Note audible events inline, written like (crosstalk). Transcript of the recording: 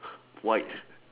(breath) white